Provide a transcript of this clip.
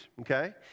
okay